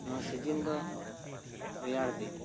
ᱱᱚᱣᱟ ᱥᱤᱡᱤᱱ ᱫᱚ ᱨᱮᱭᱟᱲ ᱫᱤᱱ